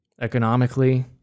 economically